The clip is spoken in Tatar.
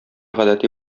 гадәти